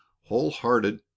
wholehearted